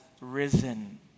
risen